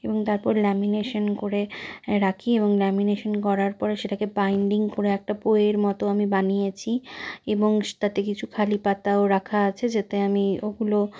এবং তারপর ল্যামিনেশন করে রাখি এবং ল্যামিনেশন করার পরে সেটাকে বাইন্ডিং করে একটা বইয়ের মতো আমি বানিয়েছি এবং তাতে কিছু খালি পাতাও রাখা আছে যাতে আমি ওগুলো